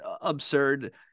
absurd